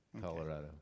Colorado